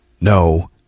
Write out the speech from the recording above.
no